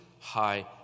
high